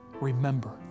remember